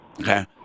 Okay